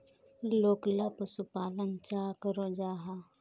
लोकला पशुपालन चाँ करो जाहा?